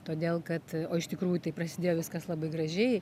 todėl kad o iš tikrųjų tai prasidėjo viskas labai gražiai